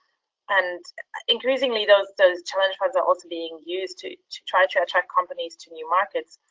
and increasingly those those challenge funds are also being used to to try to attract companies to new markets.